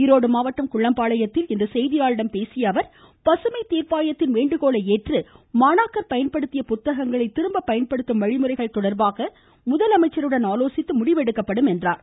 ஈரோடு மாவட்டம் குள்ளம்பாளையத்தில் இன்று செய்தியாளர்களிடம் பேசிய அவர் பசுமை தீர்ப்பாயத்தின் வேண்டுகோளை ஏற்று மாணாக்கர் பயன்படுத்திய புத்தகங்களை திரும்ப பயன்படுத்தும் வழிமுறைகள் தொடர்பாக முதலமைச்சருடன் ஆலோசித்து முடிவெடுக்கப்படும் என்றார்